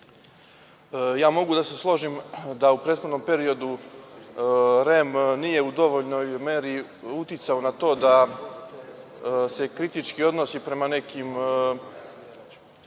medija. Mogu da se složim da u prethodnom periodu REM nije u dovoljnoj meri uticao na to da se kritički odnosi prema nekim